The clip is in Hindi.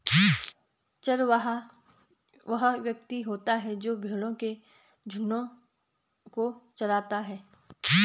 चरवाहा वह व्यक्ति होता है जो भेड़ों के झुंडों को चराता है